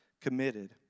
committed